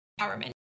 empowerment